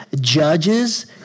judges